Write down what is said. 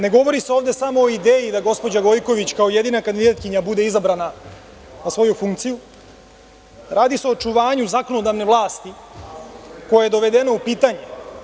Ne govori se ovde samo o ideji da gospođa Gojković kao jedina kandidatkinja bude izabrana na svoju funkciju, radi se o očuvanju zakonodavne vlasti, koje je dovedeno u pitanje.